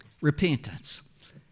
repentance